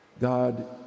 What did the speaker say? God